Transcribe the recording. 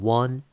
one